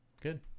good